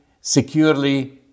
securely